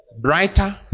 Brighter